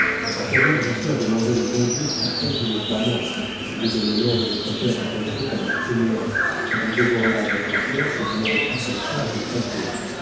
a quoi donc vous sert de manger le bon dieu six fois tous les trois mois si vous donnez l'or de votre père en cachette à un fainéant qui vous dévorera votre cœur quand vous n'aurez plus que ça à lui prêter